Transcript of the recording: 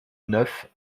neuf